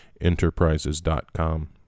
Enterprises.com